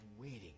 waiting